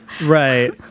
Right